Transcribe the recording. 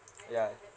ya